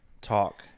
talk